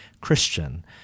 christian